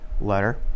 letter